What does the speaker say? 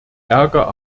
ärger